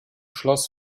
schloss